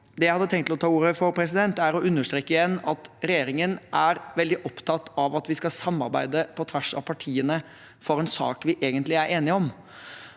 jeg hadde tenkt å ta ordet for, er igjen å understreke at regjeringen er veldig opptatt av at vi skal samarbeide på tvers av partiene for en sak vi egentlig er enige om.